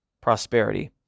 prosperity